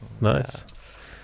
nice